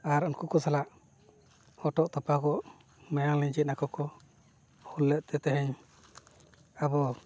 ᱟᱨ ᱩᱱᱠᱩ ᱠᱚ ᱥᱟᱞᱟᱜ ᱦᱚᱴᱚᱜ ᱛᱚᱯᱟᱜᱚᱜ ᱢᱟᱭᱟᱢ ᱞᱤᱝᱜᱤᱜ ᱟᱠᱚ ᱠᱚ ᱦᱩᱞ ᱞᱮᱫᱼᱛᱮ ᱛᱮᱦᱮᱧ ᱟᱵᱚ